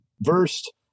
versed